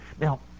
Now